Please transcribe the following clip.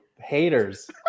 Haters